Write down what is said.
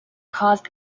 caused